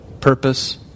purpose